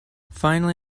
finally